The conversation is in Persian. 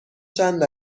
چند